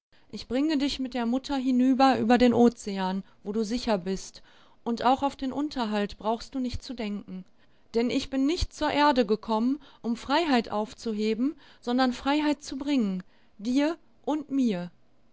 ich bringe dich mit der mutter hinüber über den ozean wo du sicher bist und auch auf den unterhalt brauchst du nicht zu denken denn ich bin nicht zur erde gekommen um freiheit aufzuheben sondern freiheit zu bringen dir und mir